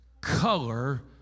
color